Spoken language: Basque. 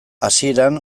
hasieran